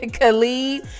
Khalid